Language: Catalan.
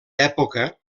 època